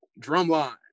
Drumline